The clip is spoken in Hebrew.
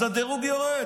אז הדירוג יורד.